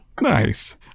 Nice